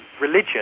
religion